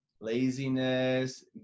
laziness